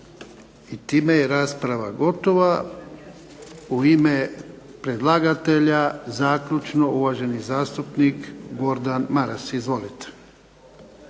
I time je rasprava gotova. U ime predlagatelja, zaključno uvaženi zastupnik Gordan Maras. Izvolite.